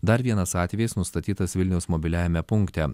dar vienas atvejis nustatytas vilniaus mobiliajame punkte